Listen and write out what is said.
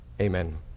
Amen